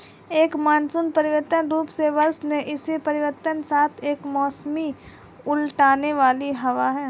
एक मानसून पारंपरिक रूप से वर्षा में इसी परिवर्तन के साथ एक मौसमी उलटने वाली हवा है